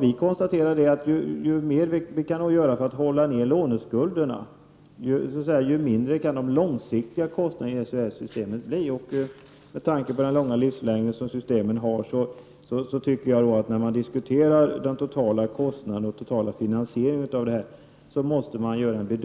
Vi konstaterar att ju mer man kan göra för att hålla nere låneskulderna, desto mindre blir de långsiktiga kostnaderna i systemet. Med tanke på systemets långa livslängd anser jag att man måste göra en bedömning som sträcker sig över hela tiden när man diskuterar den totala kostnaden och den totala finansieringen.